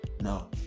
No